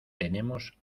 tenemos